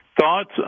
thoughts